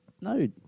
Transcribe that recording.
no